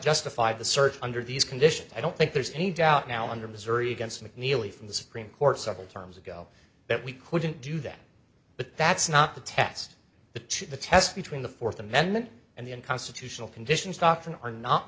justified the search under these conditions i don't think there's any doubt now under missouri against mcnealy from the supreme court several terms ago that we couldn't do that but that's not the test the two the test between the fourth amendment and the unconstitutional conditions doctrine are not